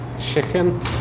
Chicken